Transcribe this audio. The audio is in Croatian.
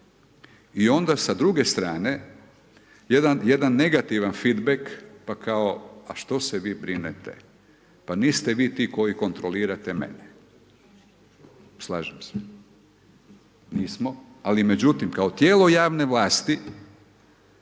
i onda sa druge strane jedan, jedan negativan fit bek, pa kao a što se vi brinete pa niste vi ti koji kontrolirate mene, slažem se, nismo, ali međutim kao tijelo javne vlasti